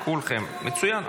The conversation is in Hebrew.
כולכם, מצוין.